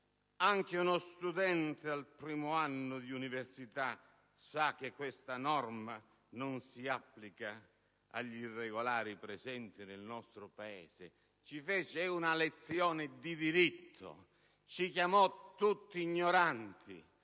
«Anche uno studente al primo anno di università sa che questa norma non si applica agli irregolari presenti nel nostro Paese». Ci fece una lezione di diritto, ci chiamò tutti ignoranti.